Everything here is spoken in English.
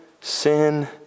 sin